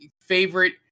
favorite